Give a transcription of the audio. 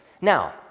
Now